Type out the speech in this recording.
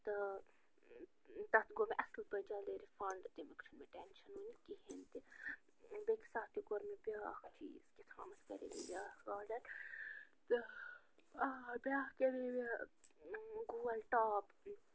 تہٕ تتھ گوٚو مےٚ اصٕل پٲٹھۍ جلدی رِفنٛڈ تَمیُک چھُنہٕ مےٚ ٹٮ۪نشن وٕنہِ کِہیٖنۍ تہِ بیٚکہِ ساتہٕ تہِ کوٚر مےٚ بیٛاکھ چیٖز کیٛاہ تھامتھ کرے مےٚ بیٛاکھ آرڈر تہٕ آ بیٛاکھ کَرے مےٚ گول ٹاپ